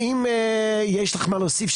האם יש לך מה להוסיף?